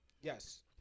yes